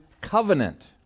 covenant